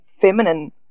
feminine